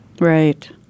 Right